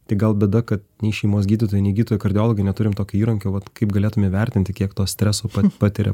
tik gal bėda kad nei šeimos gydytojai nei gydytojai kardiologai neturim tokio įrankio vat kaip galėtume vertinti kiek to streso patiria